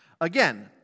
Again